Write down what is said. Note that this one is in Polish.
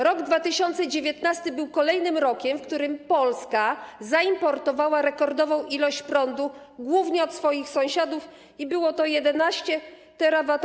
Rok 2019 był kolejnym rokiem, w którym Polska zaimportowała rekordową ilość prądu, głównie od swoich sąsiadów, i było to 11 TWh.